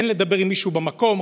אין לדבר עם מישהו במקום,